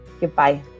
Goodbye